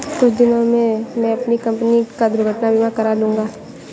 कुछ दिनों में मैं अपनी कंपनी का दुर्घटना बीमा करा लूंगा